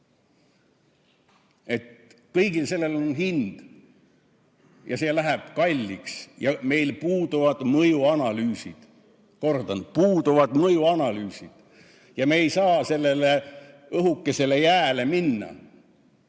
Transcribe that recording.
Et kõigel sellel on hind ja see läheb kalliks maksma. Meil puuduvad mõjuanalüüsid, kordan: puuduvad mõjuanalüüsid. Ja me ei saa sellele õhukesele jääle minna,